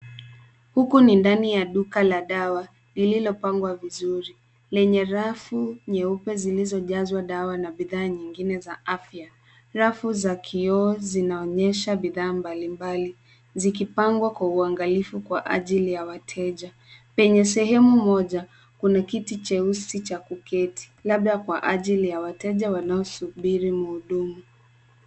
Huku ni ndani ya duka la dawa lililopangwa vizuri lenye rafu nyeupe zilizojazwa dawa na bidhaa nyingine za afya. Rafu za kioo zinaonyesha bidhaa mbalimbali zikipangwa kwa uangalifu kwa ajili ya wateja. Penye sehemu moja kuna kiti cheusi cha kuketi labda kwa ajili ya wateja wanaosubiri mhudumu.